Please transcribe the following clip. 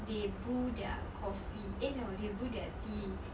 they brew their coffee eh no they brew their tea